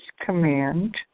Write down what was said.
Command